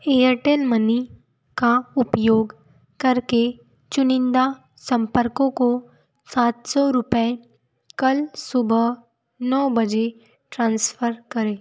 Airtel money का उपयोग करके चुनिंदा संपर्कों को सात सौ रुपये कल सुबह नौ बजे ट्रांसफ़र करें